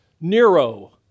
Nero